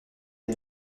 est